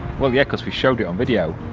well yeah, because we showed it on video.